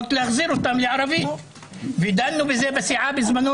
בכך בסיעה בזמנו,